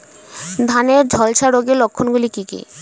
ধানের ঝলসা রোগের লক্ষণগুলি কি কি?